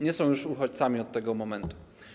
Nie są już uchodźcami od tego momentu.